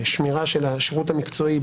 השמירה של השירות המקצועי,